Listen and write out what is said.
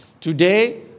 Today